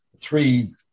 three